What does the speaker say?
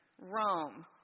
Rome